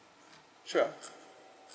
sure